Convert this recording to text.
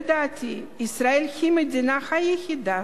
לדעתי, ישראל היא המדינה היחידה